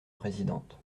présidente